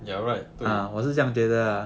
you are right 对